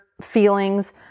feelings